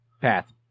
path